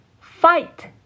Fight